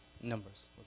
numbers